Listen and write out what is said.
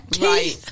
Right